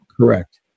correct